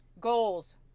goals